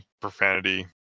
profanity